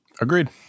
Agreed